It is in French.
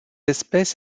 espèce